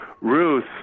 Ruth